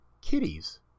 kitties